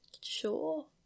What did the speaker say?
sure